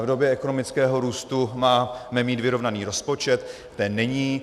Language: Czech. V době ekonomického růstu máme mít vyrovnaný rozpočet, ten není.